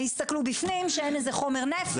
הסתכלו בפנים שאין איזה חומר נפץ,